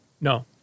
No